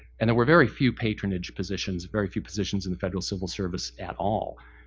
and there were very few patronage positions, very few positions in the federal civil service at all,